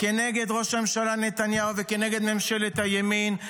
כנגד ראש הממשלה נתניהו וכנגד ממשלת הימין.